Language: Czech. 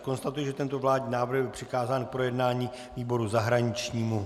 Konstatuji, že tento vládní návrh byl přikázán k projednání výboru zahraničnímu.